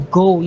go